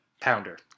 Pounder